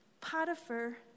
Potiphar